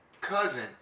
cousin